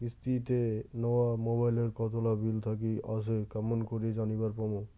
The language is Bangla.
কিস্তিতে নেওয়া মোবাইলের কতোলা বিল বাকি আসে কেমন করি জানিবার পামু?